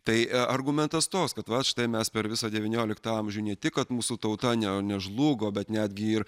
tai argumentas toks kad va štai mes per visą devynioliktą amžių ne tik kad mūsų tauta ne nežlugo bet netgi ir